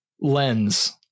lens